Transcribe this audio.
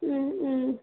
ம் ம்